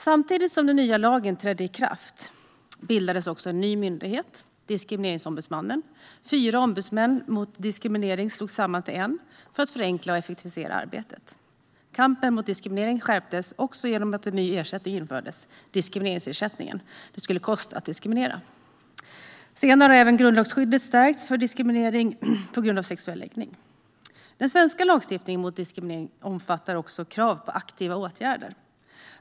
Samtidigt som den nya lagen trädde i kraft bildades en ny myndighet - Diskrimineringsombudsmannen. Fyra ombudsmän mot diskriminering slogs samman till en för att förenkla och effektivisera arbetet. Kampen mot diskriminering skärptes också genom att en ny ersättning infördes: diskrimineringsersättningen. Det skulle kosta att diskriminera. Senare har även grundlagsskyddet stärkts för diskriminering på grund av sexuell läggning. Den svenska lagstiftningen mot diskriminering omfattar också krav på aktiva åtgärder.